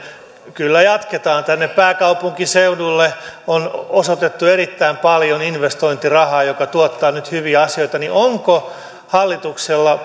kyllä jatketaan tänne pääkaupunkiseudulle on osoitettu erittäin paljon investointirahaa joka tuottaa nyt hyviä asioita niin onko hallituksella